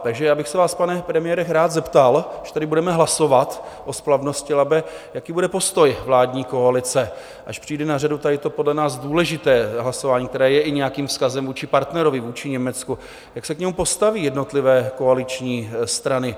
Takže já bych se vás, pane premiére, rád zeptal, až tady budeme hlasovat o splavnosti Labe, jaký bude postoj vládní koalice, až přijde na řadu tady to podle nás důležité hlasování, které je i nějakým vzkazem vůči partnerovi, vůči Německu, jak se k němu postaví jednotlivé koaliční strany?